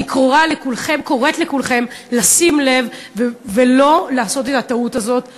אני קוראת לכולכן לשים ולב ולא לעשות את הטעות הזאת שנית.